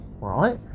right